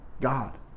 God